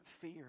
fear